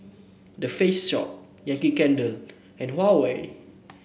The Face Shop Yankee Candle and Huawei